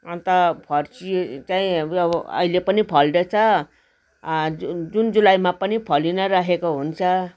अन्त फर्सी चाहिँ अब अहिले पनि फल्दैछ जुन जुलाईमा पनि फली नै रहेको हुन्छ